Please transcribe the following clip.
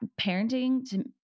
parenting